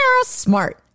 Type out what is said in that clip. Smart